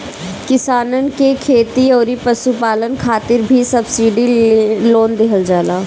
किसानन के खेती अउरी पशुपालन खातिर भी सब्सिडी लोन देहल जाला